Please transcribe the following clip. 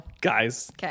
guys